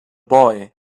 boy